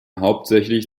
hauptsächlich